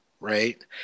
Right